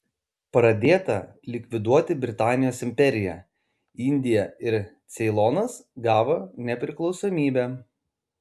pradėta likviduoti britanijos imperiją indija ir ceilonas gavo nepriklausomybę